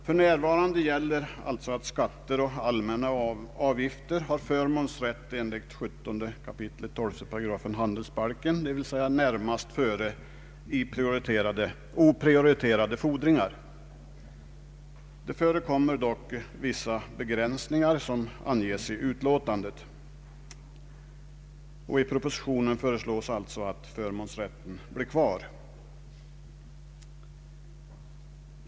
För närvarande gäller att skatter och allmänna avgifter har förmånsrätt enligt 17 kap. 12 § handelsbalken, dvs. närmast före oprioriterade fordringar. Det förekommer dock vissa begränsningar som anges i utlåtandet. I propositionen föreslås att förmånsrätten kvarstår.